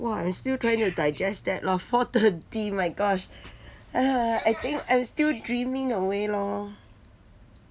!wah! I'm still trying to digest that lor four thirty my gosh I think I still dreaming away lor